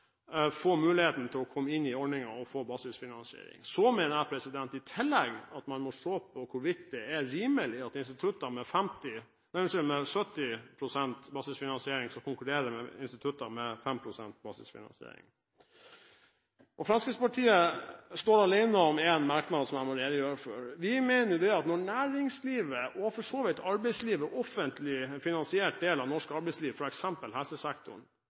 få muligheten til å komme inn i ordningen og få basisfinansiering. Så mener jeg at man i tillegg må se på hvorvidt det er rimelig at instituttene med 70 pst. basisfinansiering skal konkurrere med institutter med 5 pst. basisfinansiering. Fremskrittspartiet står alene om en merknad som jeg må redegjøre for. Vi mener at når næringslivet, og for så vidt arbeidslivet, en offentlig finansiert del av norsk arbeidsliv – f.eks. helsesektoren